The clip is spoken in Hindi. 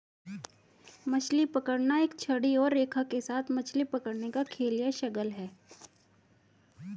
मछली पकड़ना एक छड़ी और रेखा के साथ मछली पकड़ने का खेल या शगल है